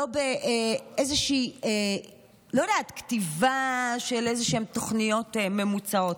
לא באיזושהי כתיבה של איזשהן תוכניות ממוצעות.